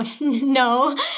No